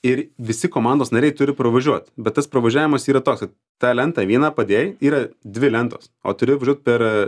ir visi komandos nariai turi pravažiuot bet tas pravažiavimas yra toks kad tą lentą vieną padėjai yra dvi lentos o turi važiuot per